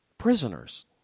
prisoners